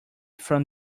from